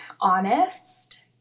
honest